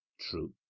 true